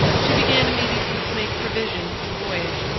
she began immediately to make provision for the voyage.